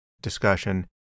discussion